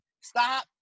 stop